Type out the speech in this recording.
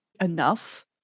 enough